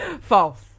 False